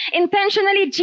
intentionally